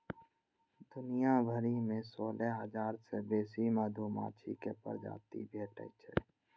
दुनिया भरि मे सोलह हजार सं बेसी मधुमाछी के प्रजाति भेटै छै